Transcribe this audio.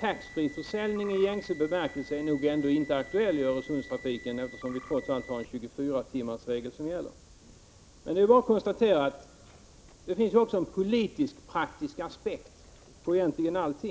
tax free-försäljning i gängse bemärkelse är ändå inte aktuell i Öresundstrafiken, eftersom vi i alla fall har en 24-timmarsregel som gäller. Men man kan också konstatera att det finns en politisk-praktisk aspekt på allt.